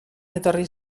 etorri